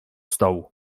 stołu